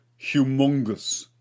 humongous